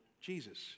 Jesus